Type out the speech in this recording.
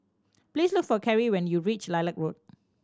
please look for Keri when you reach Lilac Road